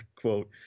quote